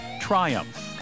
triumph